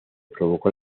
provocó